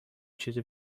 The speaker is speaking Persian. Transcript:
چیز